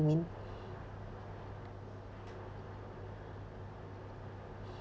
mean